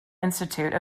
institute